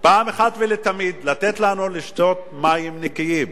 אחת ולתמיד לתת לנו לשתות מים נקיים.